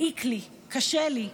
מעיק לי, קשה לי,